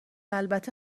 البته